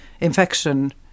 infection